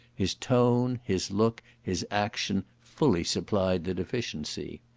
his tone, his look, his action, fully supplied the deficiency.